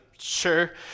sure